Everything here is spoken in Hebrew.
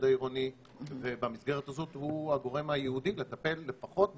העירוני ובמסגרת הזאת הוא הגורם הייעודי לטפל לפחות בחלק,